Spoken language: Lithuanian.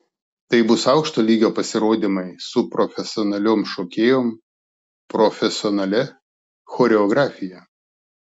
tai bus aukšto lygio pasirodymai su profesionaliom šokėjom profesionalia choreografija